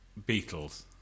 Beatles